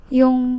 yung